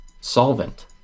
solvent